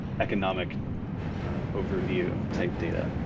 economic overview type data.